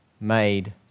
made